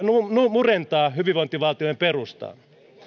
murentaa hyvinvointivaltiomme perustaa